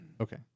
Okay